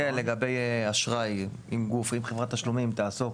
כן, לגבי אשראי, אם חברת תשלומים תעסוק